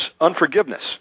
unforgiveness